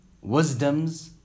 wisdoms